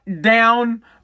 down